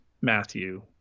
matthew